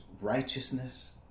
righteousness